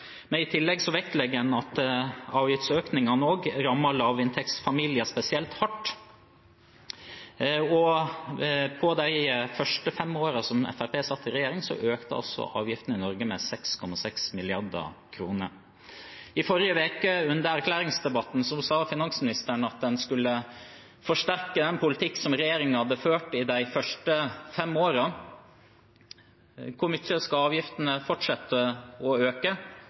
men i tillegg vektlegger en at avgiftsøkningene også rammer lavinntektsfamilier spesielt hardt. I de første fem årene som Fremskrittspartiet satt i regjering, økte altså avgiftene i Norge med 6,6 mrd. kr. I forrige uke, under erklæringsdebatten, sa finansministeren at en skulle forsterke den politikken som regjeringen har ført i de første fem årene. Hvor mye skal avgiftene fortsette å øke